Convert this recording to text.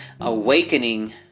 awakening